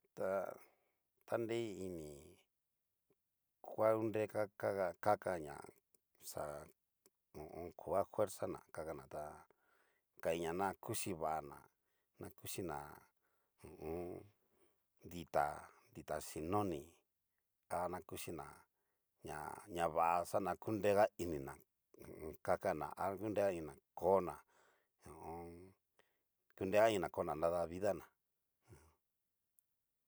Ta tanriini ngua ngureña kaka kakaña xa koga fuerzana kakana ta kain ñana kuchí vana, na kuxina ho o on. dita dita xhi noni, ta ña kuchina ña vá xana kunrega inina kakana a ngurega inina kona ho o on. kunrega inina kana nada vidana aja.